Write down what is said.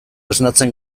esnatzen